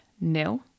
nil